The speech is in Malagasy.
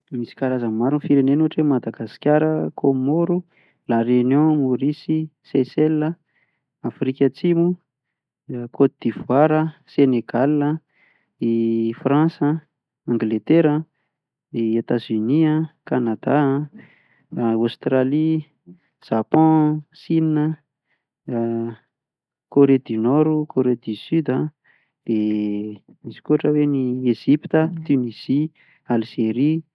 Misy karazany maro ny firenena ohatra hoe Madagasikara, Komoro, La reunion, Maorisy, Seysela, Afrika Atsimo, Gôte d'Ivoire, Senegal, i Frantsa an, Angletera an, i Etazonia, Kanada an, ary Aostralia, Japon, Sina, Kore Avaratra, Corée du sud, dia misy ohatra hoe ny Egypta, Tunisia, Algeria.